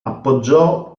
appoggiò